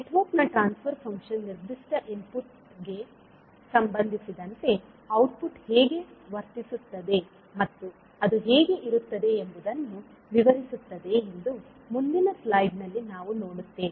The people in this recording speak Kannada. ನೆಟ್ವರ್ಕ್ನ ಟ್ರಾನ್ಸ್ ಫರ್ ಫಂಕ್ಷನ್ ನಿರ್ದಿಷ್ಟ ಇನ್ಪುಟ್ಗೆ ಸಂಬಂಧಿಸಿದಂತೆ ಔಟ್ಪುಟ್ ಹೇಗೆ ವರ್ತಿಸುತ್ತದೆ ಮತ್ತು ಅದು ಹೇಗೆ ಇರುತ್ತದೆ ಎಂಬುದನ್ನು ವಿವರಿಸುತ್ತದೆ ಎಂದು ಮುಂದಿನ ಸ್ಲೈಡ್ ನಲ್ಲಿ ನಾವು ನೋಡುತ್ತೇವೆ